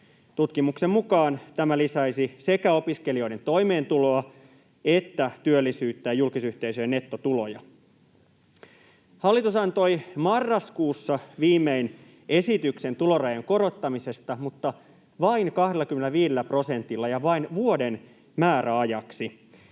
Tutkimuksen mukaan tämä lisäisi sekä opiskelijoiden toimeentuloa että työllisyyttä ja julkisyhteisöjen nettotuloja. Hallitus antoi marraskuussa viimein esityksen tulorajojen korottamisesta mutta vain 25 prosentilla ja vain vuoden määräajaksi.